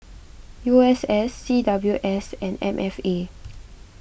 U S S C W S and M F A